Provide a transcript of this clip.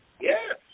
Yes